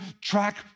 track